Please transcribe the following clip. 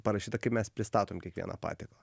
parašyta kaip mes pristatom kiekvieną patiekalą